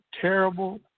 terrible